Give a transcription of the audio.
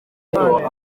bararwana